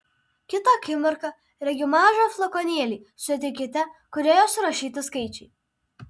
kitą akimirką regiu mažą flakonėlį su etikete kurioje surašyti skaičiai